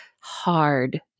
hard